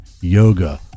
yoga